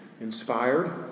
inspired